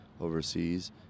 overseas